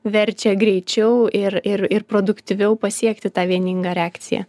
verčia greičiau ir ir ir produktyviau pasiekti tą vieningą reakciją